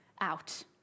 out